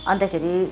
अन्तखेरि